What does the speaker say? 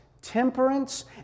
temperance